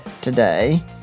today